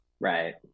Right